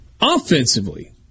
Offensively